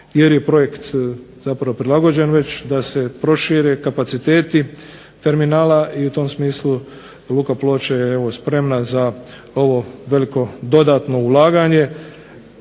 jer je projekt prilagođen, da se prošire kapaciteti terminala i u tom smislu Luka Ploče je spremna za ovo dodatno ulaganje.